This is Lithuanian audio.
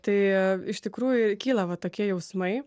tai iš tikrųjų kyla va tokie jausmai